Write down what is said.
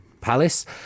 palace